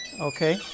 Okay